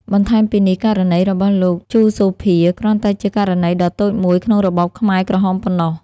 បន្ថែមពីនេះ ករណីរបស់លោក លោក ជូ សូភា គ្រាន់តែជាករណីដ៏តូចមួយក្នុងរបបខ្មែរក្រហមប៉ុណ្ណោះ។